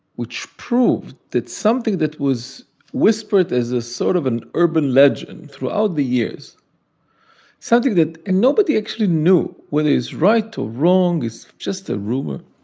which proved that something that was whispered as a sort of an urban legend throughout the years something that nobody actually knew whether it was right or wrong, it's just a rumor